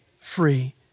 free